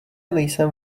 nejsem